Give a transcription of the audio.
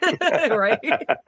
Right